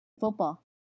football